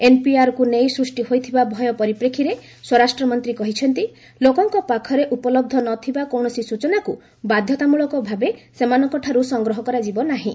ଏନ୍ପିଆର୍କୁ ନେଇ ସୃଷ୍ଟି ହୋଇଥିବା ଭୟ ପରିପ୍ରେକ୍ଷୀରେ ସ୍ୱରାଷ୍ଟ୍ର ମନ୍ତ୍ରୀ କହିଛନ୍ତି ଲୋକଙ୍କ ପାଖରେ ଉପଲହ୍ଧ ନ ଥିବା କୌଣସି ସୂଚନାକୁ ବାଧ୍ୟତାମୂଳକ ଭାବେ ସେମାନଙ୍କଠାରୁ ସଂଗ୍ରହ କରାଯିବ ନାହିଁ